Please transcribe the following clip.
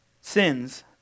sins